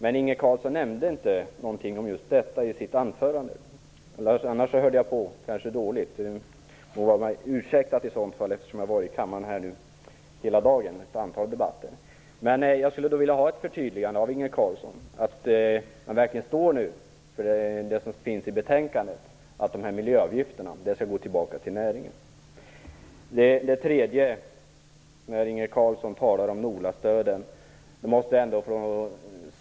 Men Inge Carlsson sade inte någonting om just detta i sitt anförande - eller också lyssnade jag dåligt; det må i så fall vara mig ursäktat, eftersom jag har varit här i kammaren hela dagen och deltagit i ett antal debatter. Jag skulle alltså vilja ha ett förtydligande av Inge Carlsson om att socialdemokraterna verkligen står för det som sägs i betänkandet, nämligen att inkomsterna från miljöavgifterna skall gå tillbaka till näringen. Inge Carlsson talade om NOLA-stöden.